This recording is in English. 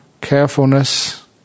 Carefulness